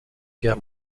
guerre